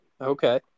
Okay